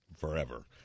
forever